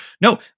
No